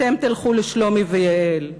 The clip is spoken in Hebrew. אתם תלכו לשלומי ויעל,